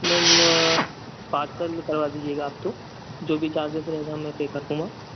ma'am parcel करवा दीजिएगा आप तो जो भी चार्जेज़ रहेगा मैं पे कर दूंगा